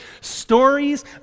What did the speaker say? Stories